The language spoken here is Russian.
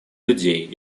людей